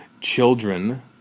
children